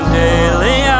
daily